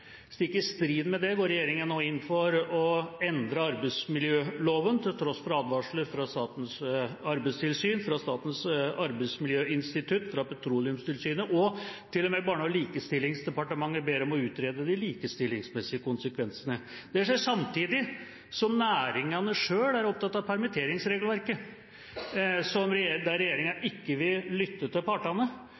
Stikk i strid med det går regjeringa nå inn for å endre arbeidsmiljøloven, til tross for advarsler fra Arbeidstilsynet, fra Statens arbeidsmiljøinstitutt og fra Petroleumstilsynet. Til og med Barne-, likestillings- og inkluderingsdepartementet ber om en utredning av de likestillingsmessige konsekvensene. Det skjer samtidig som næringene selv er opptatt av permitteringsregelverket, der regjeringa ikke vil lytte til partene.